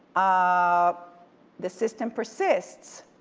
ah the system persists.